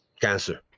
cancer